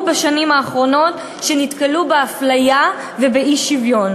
בשנים האחרונות שנתקלו באפליה ובאי-שוויון,